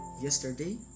yesterday